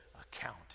account